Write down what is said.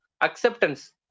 acceptance